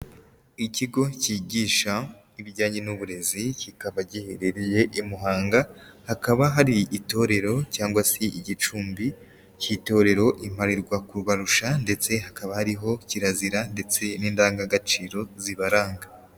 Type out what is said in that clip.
Ikigo kigisha ibijyanye n'uburezi kikaba giherereye i Muhanga hakaba hari itorero cyangwa se igicumbi cy'itorero imparirwakubarusha ndetse hakaba hariho kirazira ndetse n'indangagaciro zibaranga.